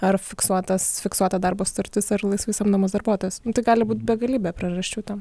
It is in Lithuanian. ar fiksuotas fiksuota darbo sutartis ar laisvai samdomas darbuotojas gali būt begalybė priežasčių tam